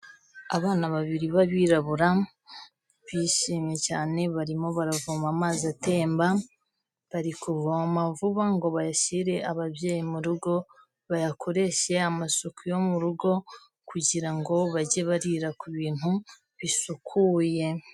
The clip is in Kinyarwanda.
Abana babiri b'abirabura bishimye cyane, barimo baravoma amazi atemba, bari kuvoma vuba ngo bayashyire ababyeyi mu rugo, bayakoreshe amasuku yo mu rugo kugira ngo bajye barira ku bintu bisukuye.